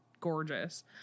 gorgeous